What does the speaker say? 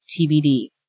TBD